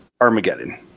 Armageddon